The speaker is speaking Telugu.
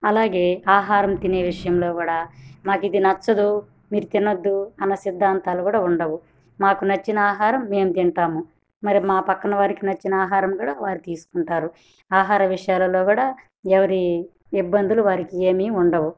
అలాగే ఆహారం తినే విషయంలో కూడా మాకు ఇది నచ్చదు మీరు తినొద్దు అన్న సిద్ధాంతాలు కూడా ఉండవు మాకు నచ్చిన ఆహారం మేము తింటాము మరి మా పక్కన వారికి నచ్చిన ఆహారం కూడా వారు తీసుకుంటారు ఆహార విషయాలలో కూడా ఎవరి ఇబ్బందులు వారికి ఏమీ ఉండవు